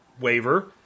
waiver